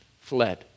fled